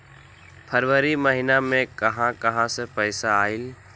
फरवरी महिना मे कहा कहा से पैसा आएल?